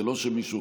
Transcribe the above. זה לא שמישהו סתם,